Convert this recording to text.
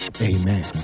Amen